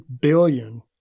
billion